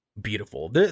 Beautiful